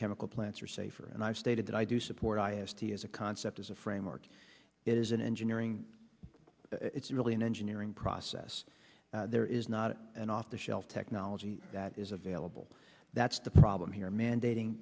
chemical plants are safer and i stated that i do support i s t s a concept is a framework is an engineering it's really an engineering process there is not an off the shelf technology that is available that's the problem here mandating